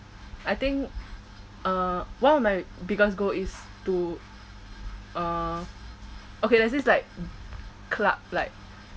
I think uh one of my biggest goal is to uh okay there's this like club like